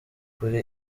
kuri